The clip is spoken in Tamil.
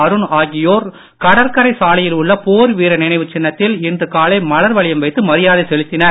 அருண் ஆகியோர் கடற்கரை சாலையில் உள்ள போர் வீரர் நினைவுச் சின்னத்தில் இன்று காலை மலர் வளையம் வைத்து மரியாதை செலுத்தினர்